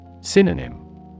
Synonym